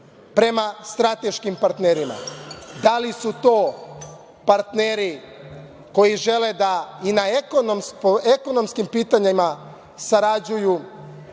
prema strateškim partnerima? Da li su to partneri koji žele da i na ekonomskim pitanjima sarađuju na